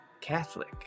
Catholic